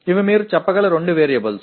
ఇవి మీరు చెప్పగల రెండు వేరియబుల్స్